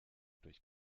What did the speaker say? durch